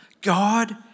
God